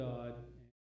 God